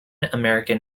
american